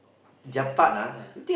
ya ya yea